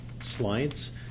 slides